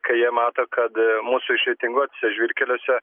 kai jie mato kad mūsų išreitinguotuose žvyrkeliuose